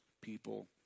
people